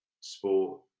sport